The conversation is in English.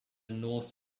north